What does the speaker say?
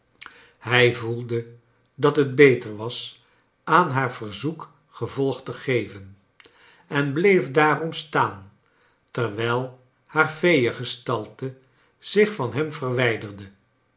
hij voelde dat het beter was aaris haar verzoek gevolg te geven en bleef daarom staan terwijl haar feeengestalte zich van hem verwijderde